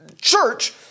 church